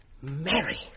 Mary